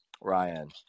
Ryan